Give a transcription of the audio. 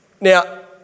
Now